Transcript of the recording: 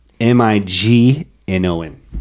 M-I-G-N-O-N